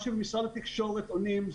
מה שמשרד התקשורת עונים,